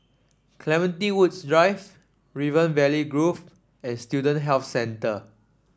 Clementi Woods Drive River Valley Grove and Student Health Centre